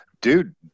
dude